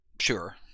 Sure